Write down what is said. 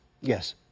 Yes